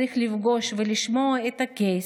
צריך לפגוש ולשמוע את הקייס,